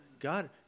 God